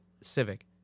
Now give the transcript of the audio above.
Civic